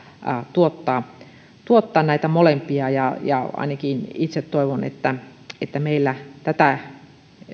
tuottaa tuottaa näitä molempia ainakin itse toivon että että meillä tätä